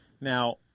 Now